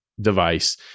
device